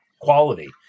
quality